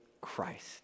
Christ